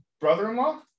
brother-in-law